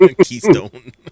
Keystone